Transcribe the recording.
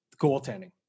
goaltending